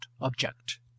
object